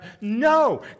No